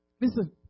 Listen